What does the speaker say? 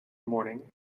morning